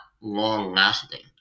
long-lasting